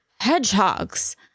hedgehogs